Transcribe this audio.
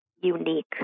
unique